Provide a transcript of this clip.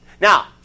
Now